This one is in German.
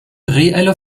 reelle